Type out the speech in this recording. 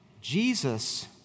Jesus